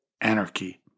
anarchy